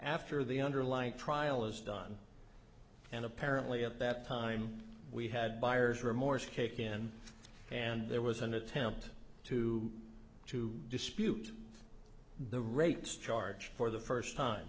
after the underlying trial is done and apparently at that time we had buyer's remorse kick in and there was an attempt to to dispute the rates charged for the first time